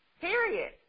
Period